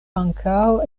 ankaŭ